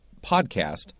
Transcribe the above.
podcast